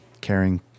caring